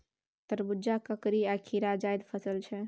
तरबुजा, ककरी आ खीरा जाएद फसल छै